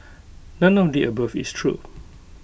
none of the above is true